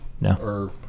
No